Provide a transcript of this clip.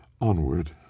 Onward